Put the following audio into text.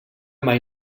mai